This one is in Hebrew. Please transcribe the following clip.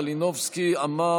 יוליה מלינובסקי קונין,